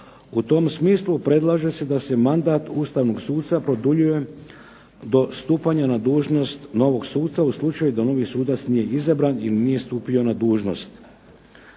U tom smislu predlaže se da se mandat ustavnog suca produljuje do stupanja na dužnost novog suca u slučaju da novi sudac nije izabran i nije stupio na dužnost.